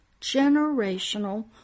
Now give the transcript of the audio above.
generational